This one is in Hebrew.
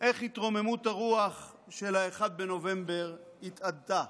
איך התרוממות הרוח של 1 בנובמבר התאדתה.